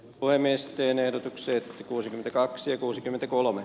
olemme esitteen ehdotuksen kuusikymmentäkaksi kuusikymmentäkolme